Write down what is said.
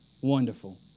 Wonderful